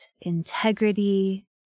integrity